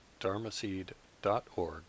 dharmaseed.org